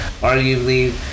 arguably